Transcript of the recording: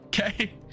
Okay